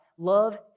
love